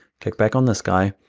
click back on this guy,